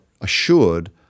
assured